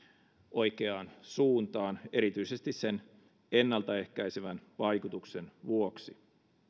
oikeaan suuntaan erityisesti sen ennaltaehkäisevän vaikutuksen vuoksi